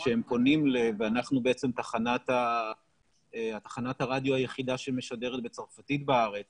שהם פונים ואנחנו בעצם תחנת הרדיו היחידה שמשדרת בצרפתית בארץ